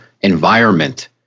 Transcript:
environment